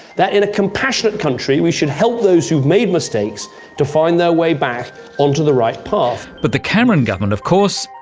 that in a compassionate country we should help those who've made mistakes to find their way back onto the right path. but the cameron government is, of course,